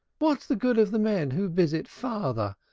what's the good of the men who visit father?